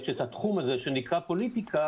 יש את התחום הזה שנקרא פוליטיקה,